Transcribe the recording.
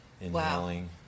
inhaling